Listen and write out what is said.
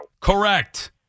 Correct